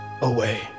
away